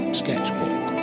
sketchbook